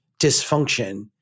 dysfunction